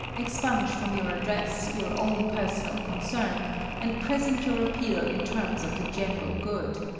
expunge from your address your own personal concern and present your appeal in terms of the general good,